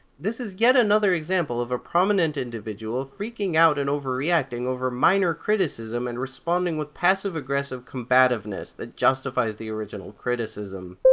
this is yet another example of a prominent individual freaking out and overreacting over minor criticism and responding with passive aggressive combativeness that justifies the original criticism.